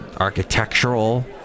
Architectural